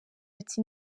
ati